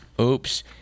Oops